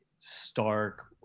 stark